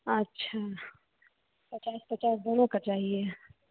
अच्छा पचास पचास दोनों का चाहिए